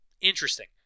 Interesting